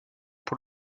pour